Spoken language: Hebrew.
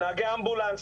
נהגי אמבולנס,